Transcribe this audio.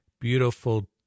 beautiful